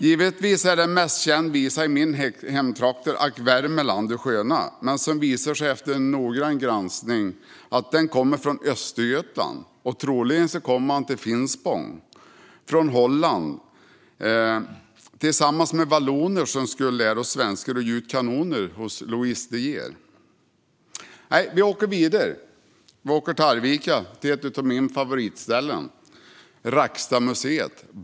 Givetvis är den mest kända visan i mina hemtrakter Ack, Värmeland, du sköna . Men vid en noggrannare granskning visar det sig att den kommer från Östergötland. Den kom troligen till Finspång från Holland med valloner som skulle lära oss svenskar att gjuta kanoner hos Louis De Geer. Nej, vi åker vidare till Arvika och ett av mina favoritställen: Rackstadmuseet.